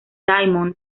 diamond